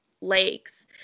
lakes